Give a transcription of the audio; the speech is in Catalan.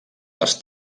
les